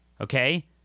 Okay